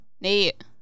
Nate